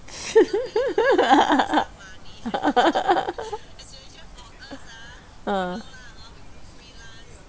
ah